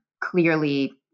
clearly